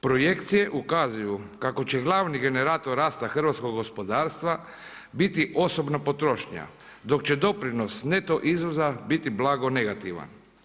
Projekcije ukazuju kako će glavni generator rasta hrvatskog gospodarstva biti osobna potrošnja dok će doprinos neto izvoza biti blago negativan.